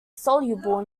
soluble